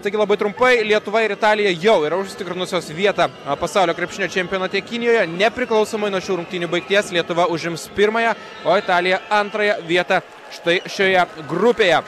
taigi labai trumpai lietuva ir italija jau yra užsitikrinusios vietą pasaulio krepšinio čempionate kinijoje nepriklausomai nuo šių rungtynių baigties lietuva užims pirmąją o italija antrąją vietą štai šioje grupėje